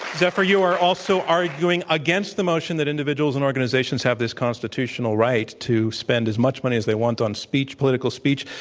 zephyr, you are also arguing against the motion that individuals and organizations have this constitutional right to spend as much money as they want on speech political speech.